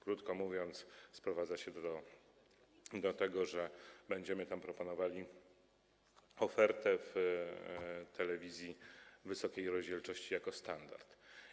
Krótko mówiąc, sprowadza się to do tego, że będziemy proponowali ofertę telewizji w wysokiej rozdzielczości jako standard.